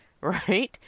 right